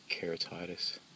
keratitis